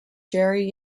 jerry